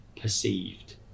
perceived